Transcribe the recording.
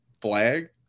flag